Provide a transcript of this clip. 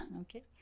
Okay